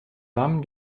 warmen